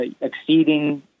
exceeding